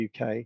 UK